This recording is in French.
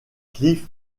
cliff